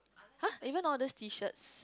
[huh] even know that's T shirt